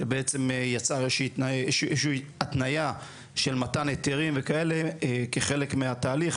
שבעצם יצר איזושהי התניה של מתן היתרים וכאלה כחלק מהתהליך,